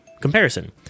comparison